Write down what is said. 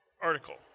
article